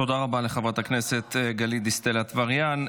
תודה רבה לחברת הכנסת גלית דיסטל אטבריאן.